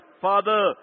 Father